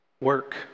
work